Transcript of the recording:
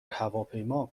هواپیما